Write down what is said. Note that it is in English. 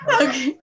Okay